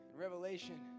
Revelation